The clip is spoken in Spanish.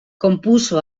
compuso